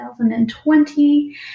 2020